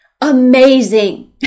amazing